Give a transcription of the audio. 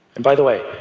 and by the way,